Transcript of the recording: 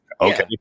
Okay